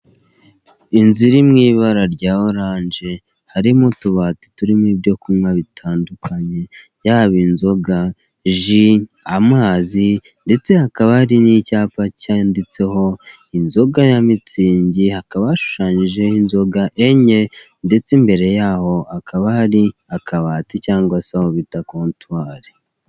Inzu iri mu ibara rya orange, harimo utubati turimo ibyo kunywa bitandukanye yaba inzoga, ji, amazi ndetse hakaha hari n'icyapa cyanditseho inzoga ya Mitsingi, hakaba hashushanyijeho inzoga enye ndetse imbere yaho hakaba hari akabati cyangwa se aho bita kontwari.